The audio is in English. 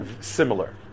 similar